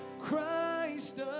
Christ